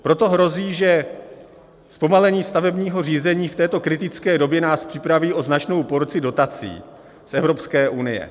Proto hrozí, že zpomalení stavebního řízení v této kritické době nás připraví o značnou porci dotací z Evropské unie.